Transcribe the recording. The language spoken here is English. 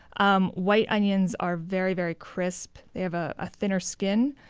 um white onions are very, very crisp. they have a ah thinner skin,